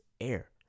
air